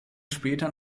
später